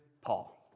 Paul